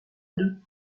deux